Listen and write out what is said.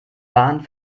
bahn